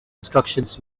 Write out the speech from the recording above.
instructions